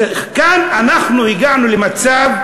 כאן אנחנו הגענו למצב,